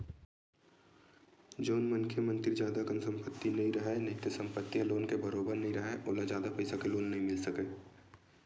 जउन मनखे मन तीर जादा अकन संपत्ति नइ राहय नइते संपत्ति ह लोन के बरोबर नइ राहय ओला जादा पइसा के लोन नइ मिल सकय